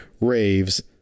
Raves